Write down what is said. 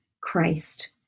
Christ